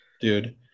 dude